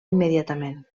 immediatament